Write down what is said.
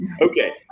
Okay